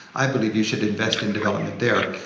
i believe you should invest in development there.